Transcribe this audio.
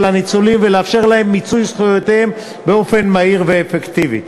הניצולים ולאפשר להם למצות את זכויותיהם באופן מהיר ואפקטיבי.